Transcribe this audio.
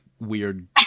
weird